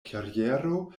kariero